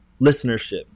listenership